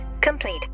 complete